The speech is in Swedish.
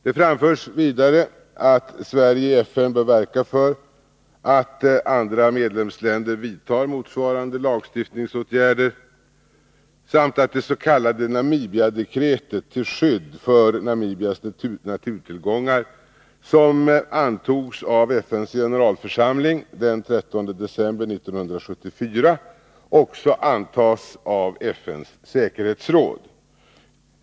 Det framförs vidare att Sverige i FN bör verka för att andra medlemsländer vidtar motsvarande lagstiftningsåtgärder samt att det s.k. Namibiadekretet till skydd för Namibias naturtillgångar, som antogs av FN:s generalförsamling den 13 december 1974, också antas av FN:s säkerhetsråd.